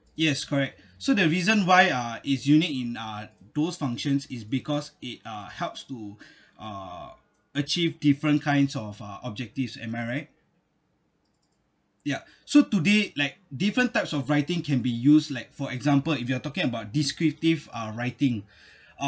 yes correct so the reason why uh it's unique in uh those functions is because it uh helps to uh achieve different kinds of uh objectives am I right ya so today like different types of writing can be used like for example if you are talking about descriptive uh writing